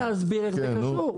תן לי להסביר איך זה קשור.